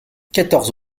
quatorze